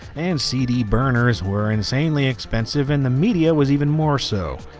and cd burners were insanely expensive and the media was even more so.